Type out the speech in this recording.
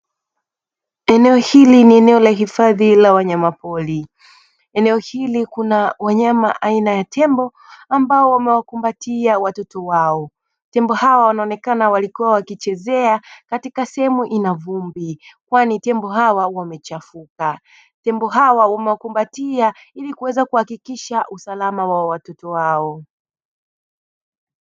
Eneo hili ni eneo la hifadhi la wanyama pori, eneo hili kuna wanyama aina ya tembo ambao wamewakumbatia watoto wao, tembo hawa wanaonekana walikua wakichezea katika sehemu ina vumbi kwani tembo hawa wamechafuka tembo hawa wamewakumbatia ili kuweza kuhakikisha usalama wa watoto wao.